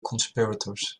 conspirators